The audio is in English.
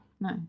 No